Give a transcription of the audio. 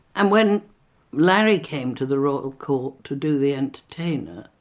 and when larry came to the royal court to do the entertainer,